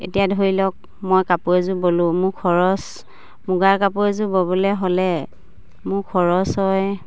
এতিয়া ধৰি লওক মই কাপোৰ এযোৰ বলোঁ মোৰ খৰচ মুগাৰ কাপোৰ এযোৰ ব'বলে হ'লে মোৰ খৰচ হয়